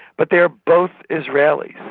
but they're both israelis.